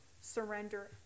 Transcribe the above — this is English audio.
Surrender